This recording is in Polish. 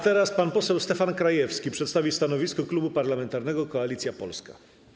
Teraz pan poseł Stefan Krajewski przedstawi stanowisko Klubu Parlamentarnego Koalicja Polska.